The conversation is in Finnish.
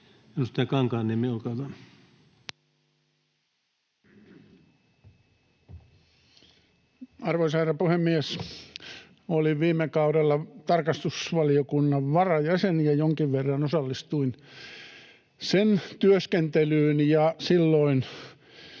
16:57 Content: Arvoisa herra puhemies! Olin viime kaudella tarkastusvaliokunnan varajäsen ja jonkin verran osallistuin sen työskentelyyn, ja silloin